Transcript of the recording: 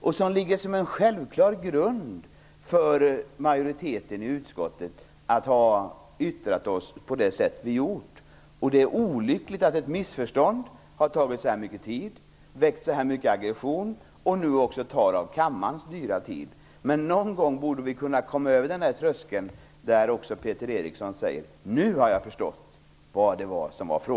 Det utgör också den självklara grunden till att vi i utskottsmajoriteten har yttrat oss på det sätt som vi gjort. Det är olyckligt att ett missförstånd har krävt så mycket tid och väckt så mycket aggression. Nu tar det också kammarens dyra tid i anspråk. Någon gång borde också Peter Eriksson komma över tröskeln till att säga: Nu har jag förstått vad frågan handlade om.